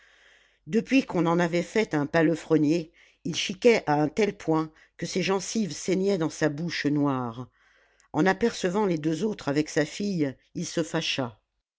depuis qu'on en avait fait un palefrenier il chiquait à un tel point que ses gencives saignaient dans sa bouche noire en apercevant les deux autres avec sa fille il se fâcha